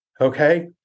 Okay